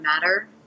matter